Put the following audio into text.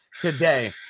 today